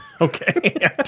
Okay